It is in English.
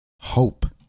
Hope